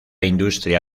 industria